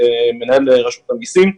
מנהל רשות המסים,